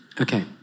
Okay